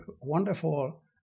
wonderful